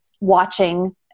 watching